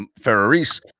Ferraris